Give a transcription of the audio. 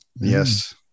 Yes